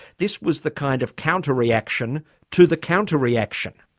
this was the kind of counter-reaction to the counter-reaction.